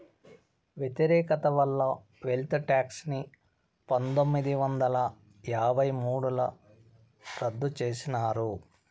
వ్యతిరేకత వల్ల wealth tax ని పందొమ్మిది వందల యాభై మూడుల రద్దు చేసినారు